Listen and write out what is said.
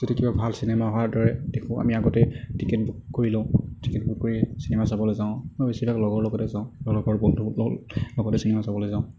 যদি কিবা ভাল চিনেমা অহাৰ দৰে দেখোঁ আমি আগতেই টিকেট বুক কৰি লওঁ টিকেট বুক কৰি চিনেমা চাবলৈ যাওঁ বেছিভাগ লগৰ লগতে যাওঁ লগৰ বন্ধুবিলাকৰ লগতে চিনেমা চাবলৈ যাওঁ